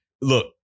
look